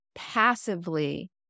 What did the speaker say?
passively